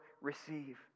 receive